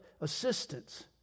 assistance